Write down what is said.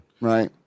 Right